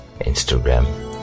Instagram